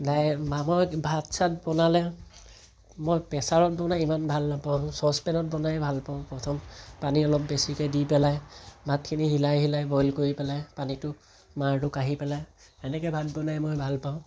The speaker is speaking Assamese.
দাই বা মই ভাত চাত বনালে মই প্ৰেছাৰত বনাই ইমান ভাল নাপাওঁ ছচপেনত বনায়ে ভাল পাওঁ পানী অলপ বেছিকৈ দি পেলাই ভাতখিনি হিলাই হিলাই বইল কৰি পেলাই পানীটো মাৰটো কাঢ়ি পেলাই সেনেকৈ ভাত বনাই মই ভাল পাওঁ